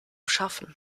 schaffen